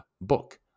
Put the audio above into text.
book